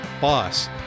boss